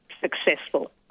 successful